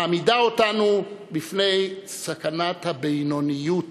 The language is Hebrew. מעמידה אותנו בפני סכנת הבינוניות